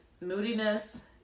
moodiness